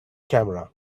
camera